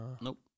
Nope